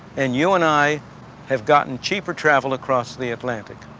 and you and i have gotten cheaper travel across the atlantic.